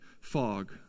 fog